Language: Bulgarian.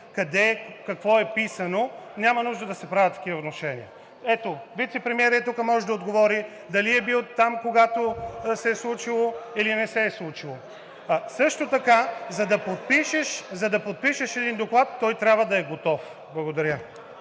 къде какво е писано, няма нужда да се правят такива внушения. Ето (показва) вицепремиерът е тук, може да отговори дали е бил там, когато се е случило или не се е случило. Също така, за да подпишеш един доклад, той трябва да е готов. Благодаря.